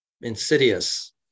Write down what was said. insidious